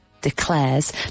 declares